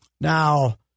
now